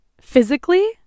physically